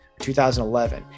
2011